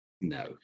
no